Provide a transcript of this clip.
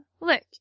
look